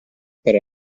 per